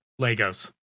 Legos